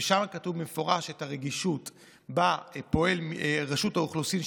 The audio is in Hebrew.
ושם כתוב במפורש על הרגישות שבה פועלת רשות האוכלוסין,